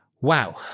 Wow